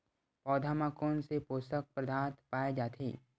पौधा मा कोन से पोषक पदार्थ पाए जाथे?